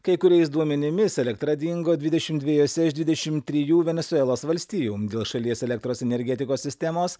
kai kuriais duomenimis elektra dingo dvidešimt dviejose iš dvidešimt trijų venesuelos valstijų dėl šalies elektros energetikos sistemos